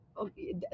okay